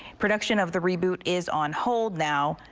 production of the reboot is on hold now.